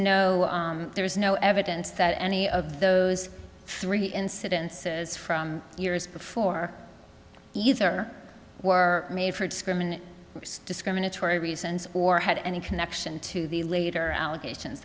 no there's no evidence that any of those three incidences from years before either were made for discriminate discriminatory reasons or had any connection to the later allegations